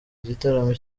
igitaramo